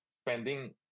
spending